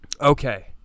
okay